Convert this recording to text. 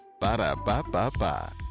Ba-da-ba-ba-ba